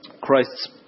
Christ's